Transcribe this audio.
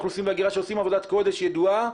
אוכלוסין וההגירה שעושים עבודת קודש ידועה,